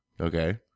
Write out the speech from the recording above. Okay